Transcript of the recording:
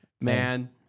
man